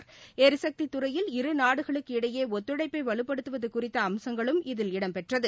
ளிசக்தித் துறையில் இரு நாடுகளுக்கிடையே ஒத்துழைப்பை வலுப்படுத்துவது குறித்த அம்சங்களும் இதில் இடம்பெற்றது